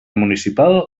municipal